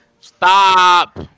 Stop